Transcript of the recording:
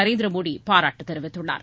நரேந்திர மோடி பாராட்டு தெரிவித்துள்ளார்